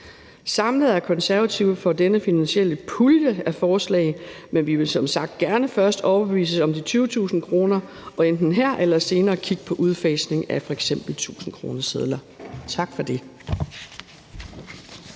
Samlet set er Konservative for denne pulje af finansielle forslag, men vi vil som sagt gerne først overbevises om de 20.000 kr., og enten her eller senere kigge på udfasning af f.eks. tusindkronesedler. Tak for det.